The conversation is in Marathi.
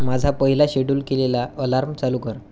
माझा पहिला शेड्यूल केलेला अलार्म चालू कर